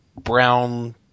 brown